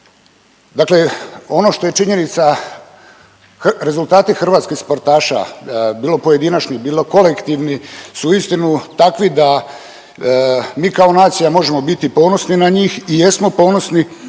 Dakle ono što je činjenica, rezultati hrvatskih sportaša, bilo pojedinačni, bilo kolektivni, su uistinu takvi da mi kao nacija možemo biti ponosni na njih i jesmo ponosni,